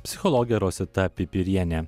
psichologė rosita pipirienė